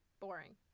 boring